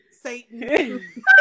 Satan